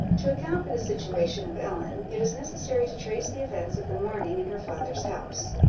to account for the situation of ellen, it is necessary to trace the events of the morning in her father's house.